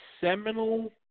seminal